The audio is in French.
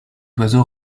oiseaux